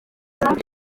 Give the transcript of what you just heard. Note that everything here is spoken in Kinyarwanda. trump